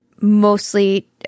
mostly